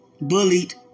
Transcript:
bullied